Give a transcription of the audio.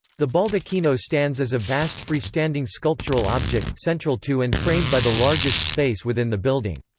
the baldacchino stands as a vast free-standing sculptural object, central to and framed by the largest space within the building.